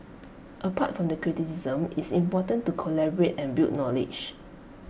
apart from the criticism IT is important to collaborate and build knowledge